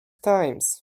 times